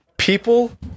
People